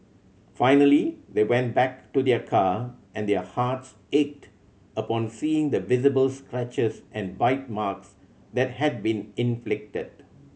finally they went back to their car and their hearts ached upon seeing the visibles scratches and bite marks that had been inflicted